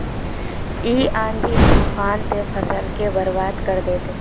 इ आँधी तूफान ते फसल के बर्बाद कर देते?